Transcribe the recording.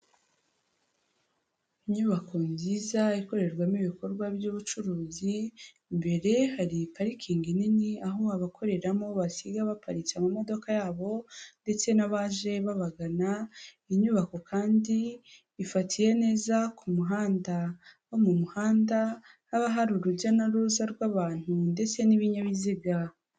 Inyubako nziza ikorerwamo ibikorwa by'ubucuruzi, imbere hari parikingi nini aho abakoreramo basiga baparitse amodoka yabo ndetse n'abaje babagana, inyubako kandi ibifatiye neza ku muhanda wo mu muhanda, haba hari urujya n'uruza rw'abantu ndetse n'ibinyabiziga.